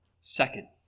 second